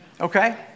Okay